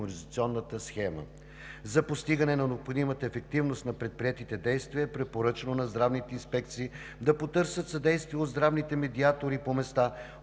в имунизационната схема. За постигане на необходимата ефективност на предприетите действия е препоръчано на здравните инспекции да потърсят съдействие от здравите медиатори по места,